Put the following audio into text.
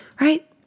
right